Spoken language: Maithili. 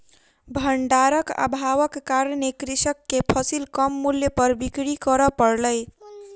भण्डारक अभावक कारणेँ कृषक के फसिल कम मूल्य पर बिक्री कर पड़लै